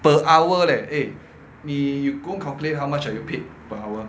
per hour leh eh 你 you go calculate how much are you paid per hour